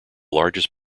largest